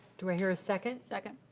do i hear a second? second.